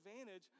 advantage